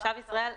תושב ישראל.